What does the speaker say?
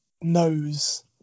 knows